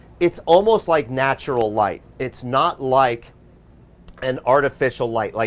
it's almost like natural light. it's not like an artificial light. like